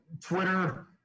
Twitter